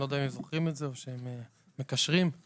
אני לא יודע אם אתם זוכרים את זה או מקשרים כי